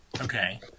Okay